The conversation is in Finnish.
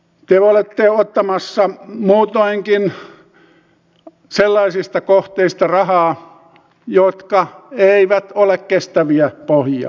te olette ottamassa muutoinkin rahaa sellaisista kohteista jotka eivät ole kestäviä pohjia